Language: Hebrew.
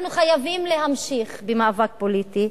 אנחנו חייבים להמשיך במאבק פוליטי,